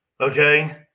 Okay